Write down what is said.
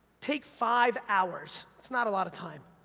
take five hours, it's not a lot of time,